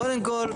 קודם כל,